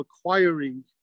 acquiring